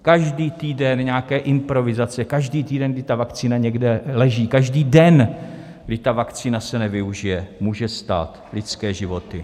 Každý týden nějaké improvizace, každý týden, kdy ta vakcína někde leží, každý den, kdy ta vakcína se nevyužije, může stát lidské životy.